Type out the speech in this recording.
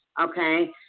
Okay